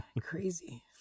Crazy